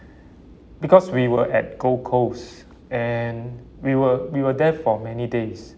because we were at gold coast and we were we were there for many days